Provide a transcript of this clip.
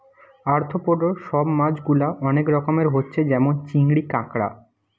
arthropod সব মাছ গুলা অনেক রকমের হচ্ছে যেমন চিংড়ি, কাঁকড়া